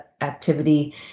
activity